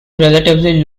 relatively